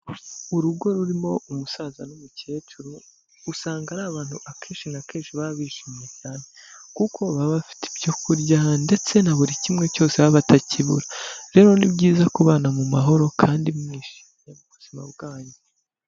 Urugo rurimo umusaza n'umukecuru usanga ari abantu akenshi na kenshi baba bishimye cyane kuko baba bafite ibyo kurya ndetse na buri kimwe cyose batakibura rero ni byiza kubana mu mahoro kandi mwishimye mu buzima bwanyu.